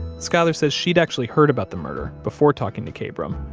skyler says she'd actually heard about the murder before talking to kabrahm,